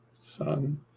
son